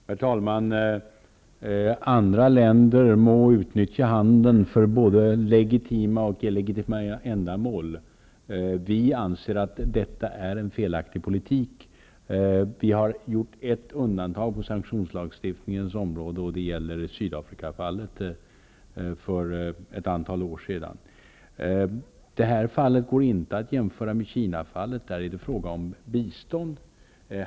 Herr talman! Andra länder må utnyttja handeln för både legitima och illegi tima ändamål. Vi anser att detta är en felaktig politik. Sverige har gjort ett undantag på sanktionslagstiftningens område, och det gäller fallet med Syd afrika för ett antal år sedan. Det fallet går inte att jämföra med Kina. Där är det fråga om bistånd.